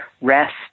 rest